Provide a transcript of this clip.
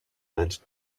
and